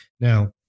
Now